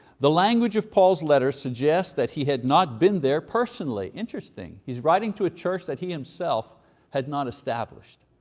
the language of paul's letter suggests that he had not been there personally. interesting, he's writing to church that he himself had not established.